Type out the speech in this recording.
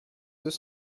deux